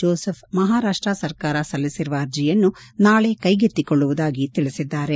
Joseph Maharashtra ಸರ್ಕಾರ ಸಲ್ಲಿಸಿರುವ ಅರ್ಜೆಯನ್ನು ನಾಳೆ ಕೈಗೆತ್ತಿಕೊಳ್ಳುವುದಾಗಿ ತಿಳಿಸಿದ್ದಾರೆ